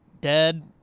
dead